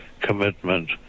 commitment